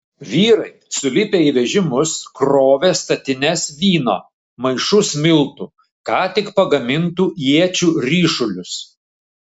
vyrai sulipę į vežimus krovė statines vyno maišus miltų ką tik pagamintų iečių ryšulius